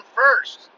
first